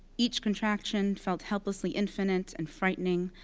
each contraction felt helplessly infinite and frightening.